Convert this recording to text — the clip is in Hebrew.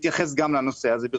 להתייחס לנושא הזה.